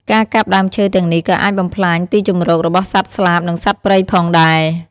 ការកាប់ដើមឈើទាំងនេះក៏អាចបំផ្លាញទីជម្រករបស់សត្វស្លាបនិងសត្វព្រៃផងដែរ។